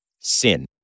sin